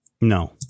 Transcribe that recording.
No